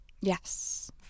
Yes